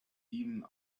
even